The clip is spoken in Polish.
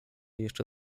jeszcze